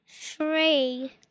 three